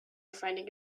finding